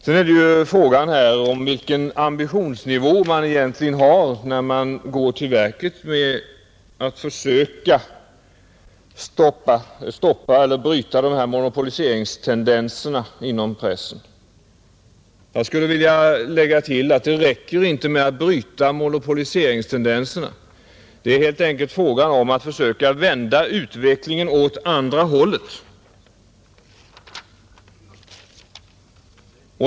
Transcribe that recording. Sedan är det fråga om vilken ambitionsnivå man egentligen har när man går till verket med att försöka bryta monopoliseringstendenserna inom pressen. Jag skulle vilja tillägga att det inte räcker med att bryta monopoliseringstendenserna; det är helt enkelt fråga om att försöka vända utvecklingen åt andra hållet.